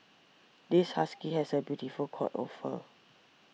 this husky has a beautiful coat of fur